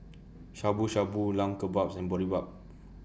Shabu Shabu Lamb Kebabs and Boribap